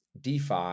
DeFi